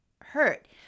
hurt